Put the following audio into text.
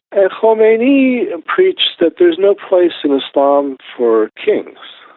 and khomeini preached that there's no place in islam for kings,